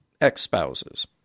ex-spouses